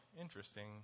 interesting